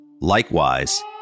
Likewise